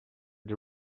the